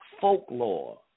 folklore